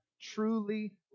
truly